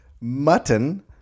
Mutton